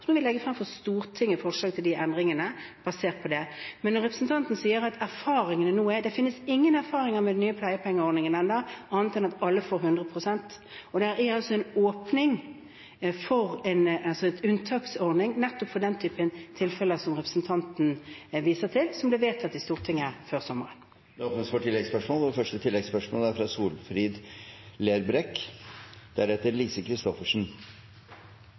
vi må legge frem for Stortinget forslag til endringer basert på det. Representanten viser til erfaringene nå. Det finnes ingen erfaringer med den nye pleiepengeordningen ennå, annet enn at alle får 100 pst. Det er en åpning, altså en unntaksordning, nettopp for den typen tilfeller som representanten viser til, som ble vedtatt i Stortinget før sommeren. Det